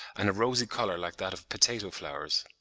and a rosy colour like that of potato-flowers.